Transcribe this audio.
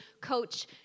coach